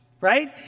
right